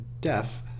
deaf